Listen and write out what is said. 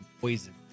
poison